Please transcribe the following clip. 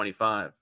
25